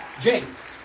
James